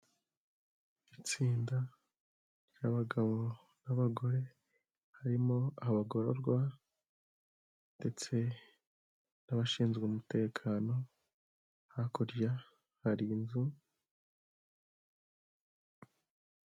Itsinda ry'abagabo n'abagore, harimo abagororwa ndetse n'abashinzwe umutekano, hakurya hari inzu.